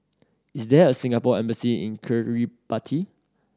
is there a Singapore Embassy in Kiribati